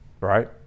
right